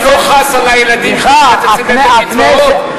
אתה לא חס על הילדים שאתה מקצץ להם את הקצבאות?